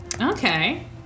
Okay